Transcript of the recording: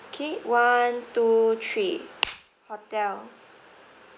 okay one two three hotel